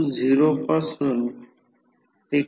volt अँपिअरमधील transformer rating full लोडवर V2 I2 असेल